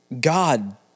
God